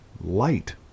light